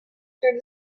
through